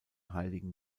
heiligen